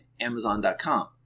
Amazon.com